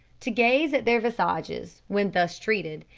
to gaze at their visages, when thus treated,